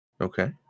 Okay